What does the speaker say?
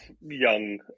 Young